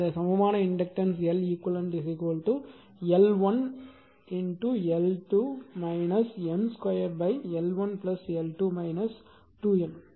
எனவே இந்த சமமான inductance Leq L1 L2 M 2 L1 L2 2 M